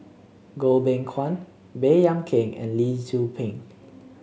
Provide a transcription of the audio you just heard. Goh Beng Kwan Baey Yam Keng and Lee Tzu Pheng